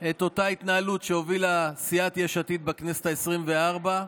את אותה התנהלות שהובילה סיעת יש עתיד בכנסת העשרים-וארבע,